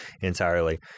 entirely